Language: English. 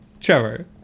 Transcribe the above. Trevor